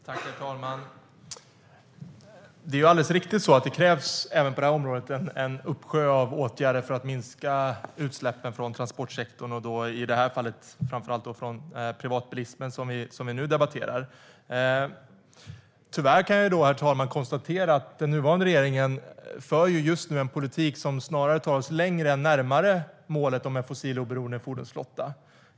Herr talman! Det är alldeles riktigt att det även på detta område krävs en uppsjö av åtgärder för att minska utsläppen från transportsektorn, och i det här fallet framför allt från privatbilismen som vi nu debatterar. Herr talman! Jag kan tyvärr konstatera att den nuvarande regeringen just nu för en politik som snarare tar oss längre från än närmare målet om en fossiloberoende fordonsflotta.